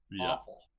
Awful